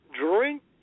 drink